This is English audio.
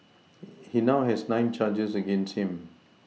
he now has nine charges against him